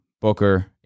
Booker